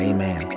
Amen